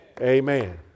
Amen